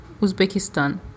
Uzbekistan